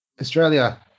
Australia